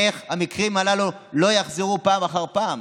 איך המקרים הללו לא יחזרו פעם אחר פעם?